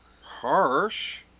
Harsh